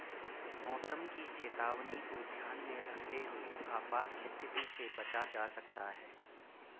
मौसम की चेतावनी को ध्यान में रखते हुए आपात स्थिति से बचा जा सकता है